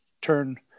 turn